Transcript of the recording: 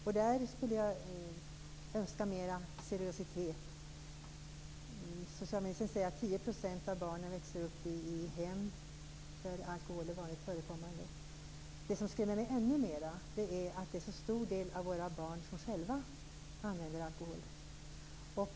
Jag skulle önska mer av seriositet på den punkten. Socialministern säger att 10 % av barnen växer upp i hem där alkohol är vanligt förekommande. Något som skrämmer mig ännu mera är att så många av våra barn själva använder alkohol.